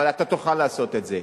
אבל אתה תוכל לעשות את זה.